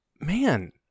man